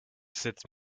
sept